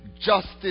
Justice